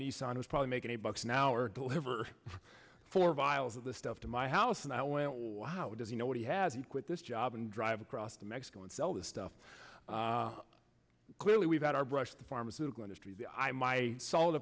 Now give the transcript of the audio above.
nissan is probably making a bucks an hour deliver for vials of the stuff to my house and i went wow does he know what he has he quit this job and drive across to mexico and sell this stuff clearly we've had our brush the pharmaceutical industry my solid